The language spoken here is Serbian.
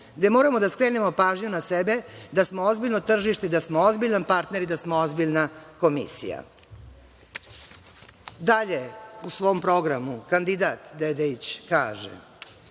gde moramo da skrenemo pažnju na sebe da smo ozbiljno tržište i da smo ozbiljan partner i da smo ozbiljna Komisija“.Dalje, u svom programu kandidat Dedeić kaže: